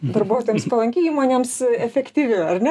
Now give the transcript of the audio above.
darbuotojams palanki įmonėms efektyvi ar ne